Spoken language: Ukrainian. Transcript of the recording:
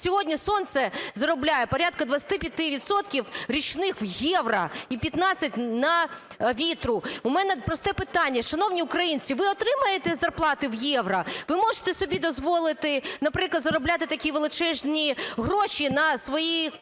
Сьогодні сонце заробляє порядку 25 відсотків річних в євро і 15 – на вітру. У мене просте питання. Шановні українці, ви отримуєте зарплати в євро? Ви можете собі дозволити, наприклад, заробляти такі величезні гроші на свої